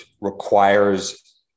requires